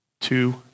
two